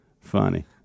funny